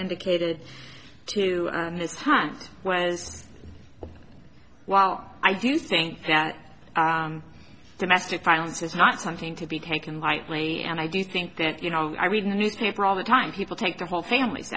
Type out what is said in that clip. indicated to this time was while i do think that domestic violence is not something to be taken lightly and i do think that you know i read a newspaper all the time people take the whole families